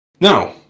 Now